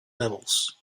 levels